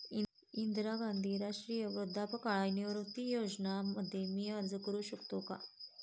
इंदिरा गांधी राष्ट्रीय वृद्धापकाळ निवृत्तीवेतन योजना मध्ये मी अर्ज का करू शकतो का?